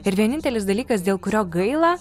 ir vienintelis dalykas dėl kurio gaila